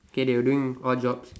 K they were doing odd jobs